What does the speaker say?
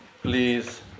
please